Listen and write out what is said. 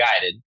guided